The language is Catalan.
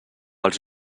els